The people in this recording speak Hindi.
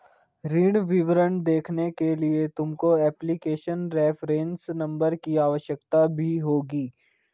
ऋण विवरण देखने के लिए तुमको एप्लीकेशन रेफरेंस नंबर की आवश्यकता भी होगी